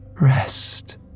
rest